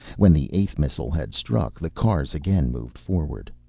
when the eighth missile had struck, the cars again moved forward.